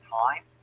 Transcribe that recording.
time